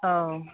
औ